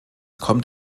kommt